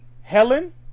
Helen